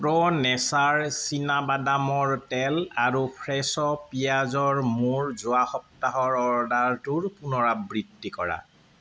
pro Nature চীনাবাদামৰ তেল আৰু ফ্ৰেছো পিঁয়াজৰ মোৰ যোৱা সপ্তাহৰ অৰ্ডাৰটোৰ পুনৰাবৃত্তি কৰা